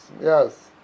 Yes